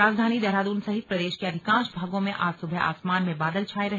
राजधानी देहरादून सहित प्रदेश के अधिकांश भागों में आज सुबह आसमान में बादल छाए रहे